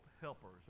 helpers